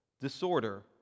Disorder